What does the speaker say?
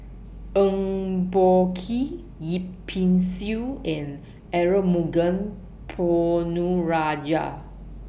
Eng Boh Kee Yip Pin Xiu and Arumugam Ponnu Rajah